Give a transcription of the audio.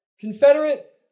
Confederate